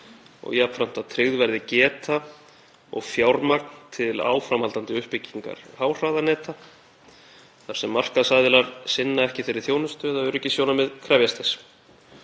og jafnframt að tryggð verði geta og fjármagn til áframhaldandi uppbyggingar háhraðaneta þar sem markaðsaðilar sinna ekki þeirri þjónustu eða öryggissjónarmið krefjast